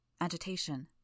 Agitation